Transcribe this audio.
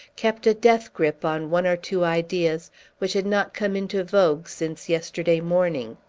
kept a death-grip on one or two ideas which had not come into vogue since yesterday morning.